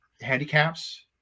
handicaps